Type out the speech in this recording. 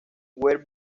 where